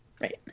Right